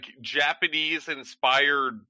Japanese-inspired